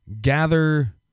gather